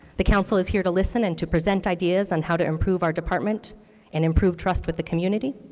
the council is here to listen and to present ideas on how to improve our department and improve trust with the community.